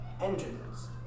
Engines